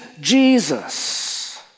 Jesus